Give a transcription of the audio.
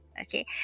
Okay